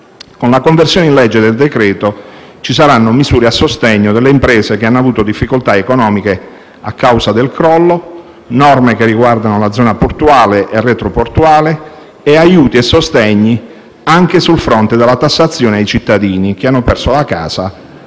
con la conversione in legge del decreto ci saranno misure a sostegno delle imprese che hanno avuto difficoltà economiche a causa del crollo, norme che riguardano la zona portuale e retroportuale e aiuti e sostegni anche sul fronte della tassazione ai cittadini che hanno perso la casa